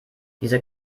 diese